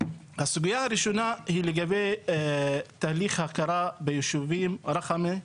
הסוגייה הראשונה היא לגבי תהליך ההכרה ביישובים רחמה,